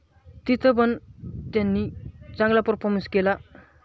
तिथं पण त्यांनी चांगला परफॉर्मन्स केला